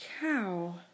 cow